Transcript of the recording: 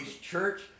Church